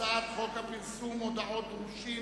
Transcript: הצעת חוק פרסום מודעות דרושים,